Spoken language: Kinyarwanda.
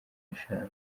eshanu